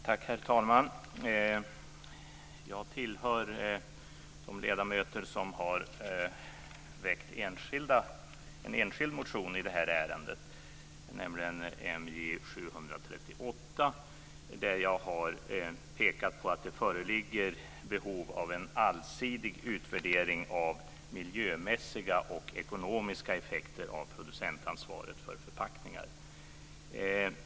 Herr talman! Jag tillhör de ledamöter som har väckt en enskild motion i detta ärende, nämligen motion MJ738, där jag har pekat på att det föreligger behov av en allsidig utvärdering av miljömässiga och ekonomiska effekter av producentansvaret för förpackningar.